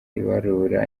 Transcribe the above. ibarura